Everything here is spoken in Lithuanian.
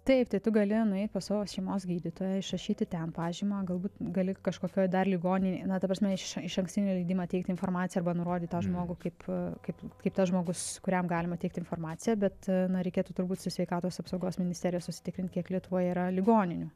taip tai tu gali nueit pas savo šeimos gydytoją išrašyti ten pažymą galbūt gali kažkokioj dar ligoninėj na ta prasme iš išankstinį leidimą teikti informaciją arba nurodyt tą žmogų kaip kaip kaip tas žmogus kuriam galima teikti informaciją bet na reikėtų turbūt su sveikatos apsaugos ministerijos pasitikrinti kiek lietuvoje yra ligoninių